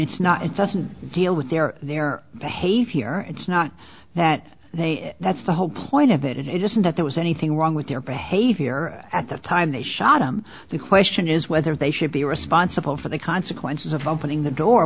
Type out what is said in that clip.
it's not it doesn't deal with their their behavior it's not that they that's the whole point of it isn't that there was anything wrong with their behavior at the time they shot him the question is whether they should be responsible for the consequences of opening the door